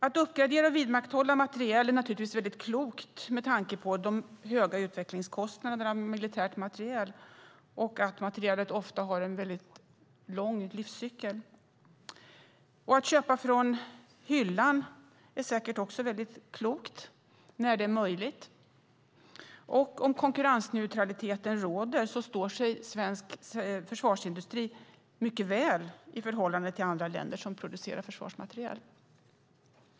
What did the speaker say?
Att uppgradera och vidmakthålla materiel är naturligtvis mycket klokt med tanke på de höga utvecklingskostnaderna för militär materiel och att materielen ofta har en mycket lång livscykel. Att köpa från hyllan är säkert också väldigt klokt, när detta är möjligt. Om konkurrensneutralitet råder står sig Sverige, svensk försvarsindustri, mycket väl i förhållande till andra länder som producerar försvarsmateriel.